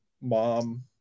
mom